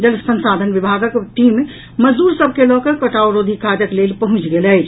जल संसाधन विभागक टीम मजदूर सभ के लऽकऽ कटाव रोधी काजक लेल पहुंचि गेल अछि